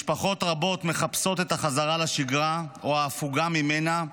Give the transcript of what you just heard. משפחות רבות מחפשות את החזרה לשגרה או את ההפוגה ממנה.